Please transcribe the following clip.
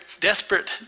desperate